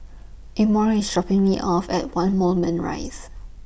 Emory IS Shopping Me off At one Moulmein Rise